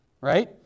Right